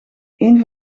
een